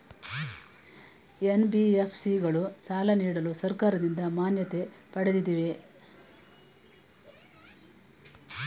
NBFC ಗಳು ಸಾಲ ನೀಡಲು ಸರ್ಕಾರದಿಂದ ಮಾನ್ಯತೆ ಪಡೆದಿವೆಯೇ?